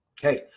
Hey